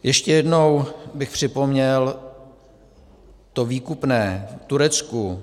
Ještě jednou bych připomněl to výkupné Turecku.